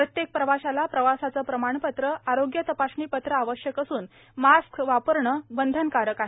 प्रत्येक प्रवाशाला प्रवासाचं प्रमाणपत्र आरोग्य तपासणीपत्र आवश्यक असून मास्क वापरणं बंधनकारक आहे